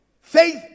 Faith